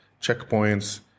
checkpoints